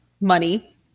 money